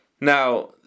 Now